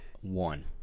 one